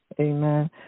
Amen